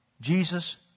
Jesus